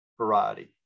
variety